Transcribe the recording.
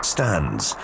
Stands